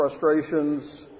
frustrations